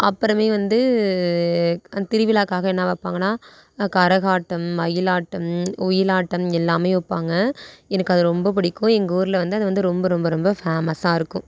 அப்புறமே வந்து அந்த திருவிழாக்காக என்ன வைப்பாங்கன்னால் கரகாட்டம் மயிலாட்டம் ஒயிலாட்டம் எல்லாமே வைப்பாங்க எனக்கு அது ரொம்ப பிடிக்கும் எங்கள் ஊரில் வந்து அது வந்து ரொம்ப ரொம்ப ரொம்ப ஃபேமஸாகருக்கும்